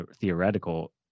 theoretical